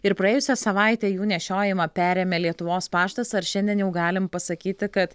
ir praėjusią savaitę jų nešiojimą perėmė lietuvos paštas ar šiandien jau galim pasakyti kad